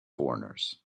foreigners